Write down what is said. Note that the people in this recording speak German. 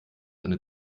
eine